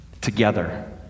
together